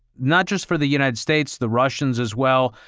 not just for the united states, the russians as well.